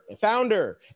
founder